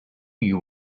you